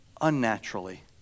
unnaturally